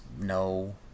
no